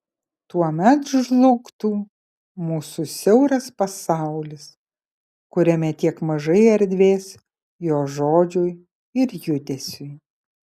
tuomet žlugtų mūsų siauras pasaulis kuriame tiek mažai erdvės jo žodžiui ir judesiui